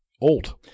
old